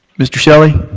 mr. shelley?